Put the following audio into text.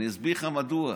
אני אסביר לך מדוע: